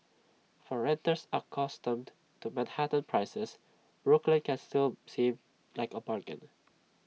for renters accustomed to Manhattan prices Brooklyn can still seem like A bargain